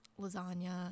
lasagna